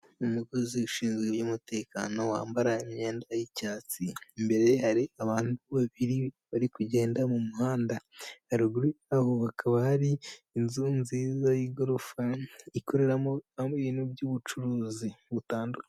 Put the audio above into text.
Umukozi ushinzwe iby'umutekano wambara imyenda y'icyatsi. Imbere hari abantu babiri bari kugenda mu muhanda. Haruguru yaho hakaba hari inzu nziza y'igorofa ikorera ibintu by'ubucuruzi butandukanye.